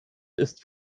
ist